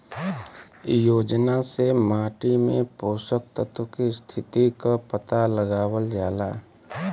योजना से माटी में पोषक तत्व के स्थिति क पता लगावल जाला